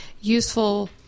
useful